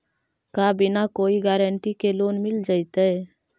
का बिना कोई गारंटी के लोन मिल जीईतै?